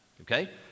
Okay